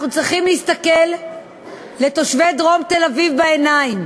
אנחנו צריכים להסתכל לתושבי דרום תל-אביב בעיניים